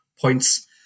points